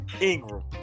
Ingram